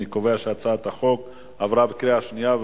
אני קובע שהצעת החוק עברה בקריאה שנייה.